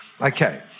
Okay